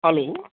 hello